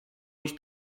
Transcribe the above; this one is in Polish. iść